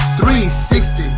360